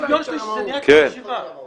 הצביון של זה נראה כמו ישיבה.